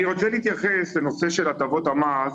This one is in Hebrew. אני רוצה להתייחס לנושא של הטבות המס.